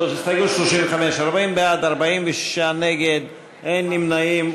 הסתייגות 35: 40 בעד, 46 נגד, אין נמנעים.